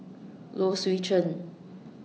Low Swee Chen